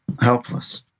helpless